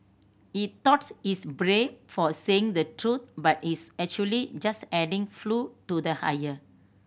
he thoughts he's brave for saying the truth but he's actually just adding flew to the hire